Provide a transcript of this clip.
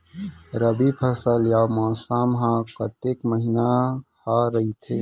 रबि फसल या मौसम हा कतेक महिना हा रहिथे?